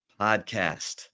Podcast